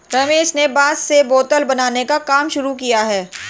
रमेश ने बांस से बोतल बनाने का काम शुरू किया है